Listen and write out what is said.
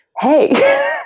hey